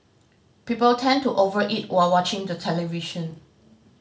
people tend to over eat while watching the television